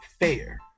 fair